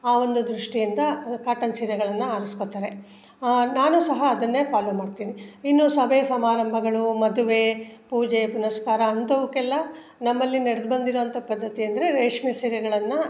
ಆ ಒಂದು ದೃಷ್ಟಿಯಿಂದ ಕಾಟನ್ ಸೀರೆಗಳನ್ನು ಆರಿಸ್ಕೊಳ್ತಾರೆ ನಾನು ಸಹ ಅದನ್ನೇ ಫಾಲೋ ಮಾಡ್ತೀನಿ ಇನ್ನು ಸಭೆ ಸಮಾರಂಭಗಳು ಮದುವೆ ಪೂಜೆ ಪುನಸ್ಕಾರ ಅಂಥವ್ಕೆಲ್ಲ ನಮ್ಮಲ್ಲಿ ನಡ್ದು ಬಂದಿರುವಂಥ ಪದ್ಧತಿ ಅಂದರೆ ರೇಷ್ಮೆ ಸೀರೆಗಳನ್ನು